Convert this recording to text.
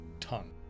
tongue